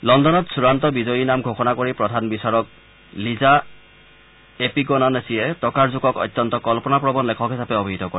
লগুনত চূড়ান্ত বিজয়ীৰ নাম ঘোষণা কৰি প্ৰধান বিচাৰক লিজা এপিগনানেছিয়ে ট'কাৰজুকক অত্যন্ত কল্পনাপ্ৰবণ লেখক হিচাপে অভিহিত কৰে